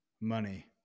money